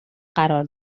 قرار